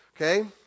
Okay